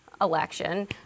election